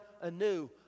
anew